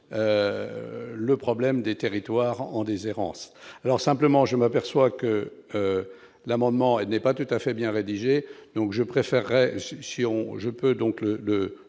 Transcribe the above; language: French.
le problème des territoires en déserrance alors, simplement, je m'aperçois que l'amendement, elle n'est pas tout à fait bien rédigé donc je préférerais je peux donc le